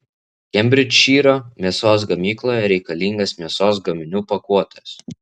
kembridžšyro mėsos gamykloje reikalingas mėsos gaminių pakuotojas